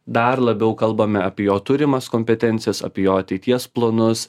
dar labiau kalbame apie jo turimas kompetencijas apie jo ateities planus